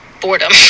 boredom